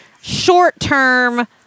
short-term